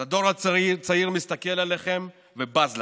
אז הדור הצעיר מסתכל עליכם ובז לכם.